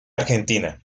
argentina